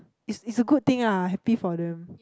is is a good thing ah happy for them